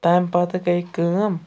تمہِ پَتہٕ گٔے کٲم